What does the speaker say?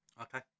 Okay